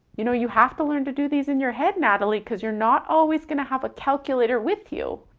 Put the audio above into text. you know, you have to learn to do these in your head, natalie, cause you're not always gonna have a calculator with you.